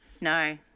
No